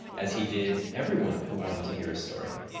as he did everyone who wanted to hear his story.